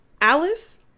Alice